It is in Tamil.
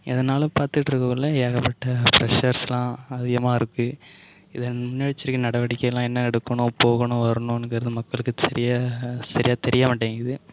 எதுனாலும் பாத்துக்கிட்ருக்கக்குள்ளே ஏகப்பட்ட பிரஷ்ஷர்ஸ்லாம் அதிகமாக இருக்கு இதன் முன்னெச்சரிக்கை நடவெடிக்கைள்லாம் என்ன எடுக்கணும் போகணும் வரணுங்குறது மக்களுக்கு சரியாக சரியாக தெரிய மாட்டேங்குது